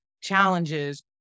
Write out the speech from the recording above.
challenges